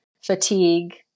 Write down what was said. fatigue